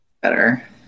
better